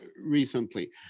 recently